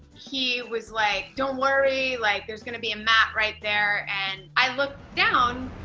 he was, like, don't worry, like, there's gonna be a mat right there and i looked down.